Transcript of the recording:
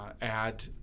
add